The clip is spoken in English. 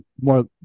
more